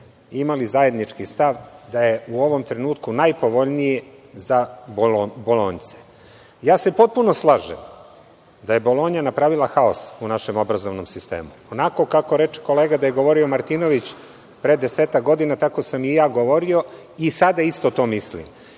imali zajednički stav da je u ovom trenutku najpovoljniji za bolonjce. Potpuno se slažem da je bolonja napravila haos u našem obrazovnom sistemu. Onako kako reče kolega da je govorio Martinović pre desetak godina, tako sam i ja govorio, i sada isto to mislim.